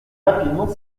rapidement